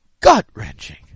Gut-wrenching